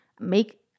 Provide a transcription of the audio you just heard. make